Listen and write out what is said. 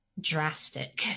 drastic